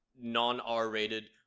non-r-rated